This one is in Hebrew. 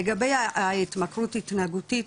לגבי התמכרות התנהגותית,